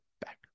back